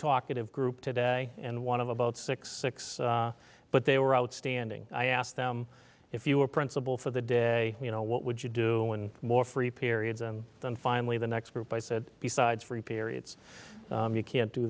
talkative group today and one of about six six but they were outstanding i asked them if you were principal for the day you know what would you do and more free periods and then finally the next group i said besides free periods you can't do